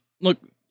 look